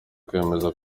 kwemeza